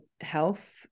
health